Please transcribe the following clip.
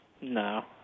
No